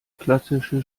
klassische